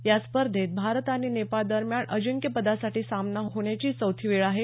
या स्पर्धेत भारत अणि नेपाळ दरम्यान अंजिक्य पदासाठी सामना होण्याची ही चौथी वेळ आहे